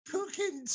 Cooking